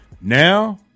Now